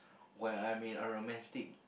when I mean a romantic